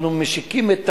אנחנו משיקים את